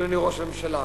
אדוני ראש הממשלה,